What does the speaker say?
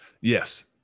Yes